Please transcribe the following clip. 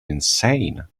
insane